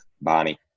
Bonnie